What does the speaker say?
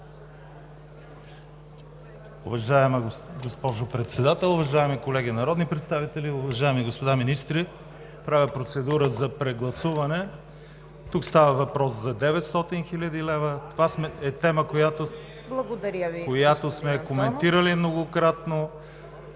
Благодаря Ви, господин Шопов.